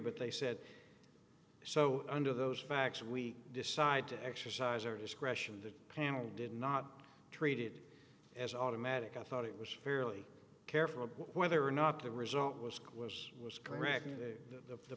but they said so under those facts we decide to exercise or discretion the panel did not treated as automatic i thought it was fairly careful of whether or not the result was close was correct